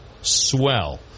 swell